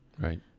Right